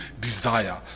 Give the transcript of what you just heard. desire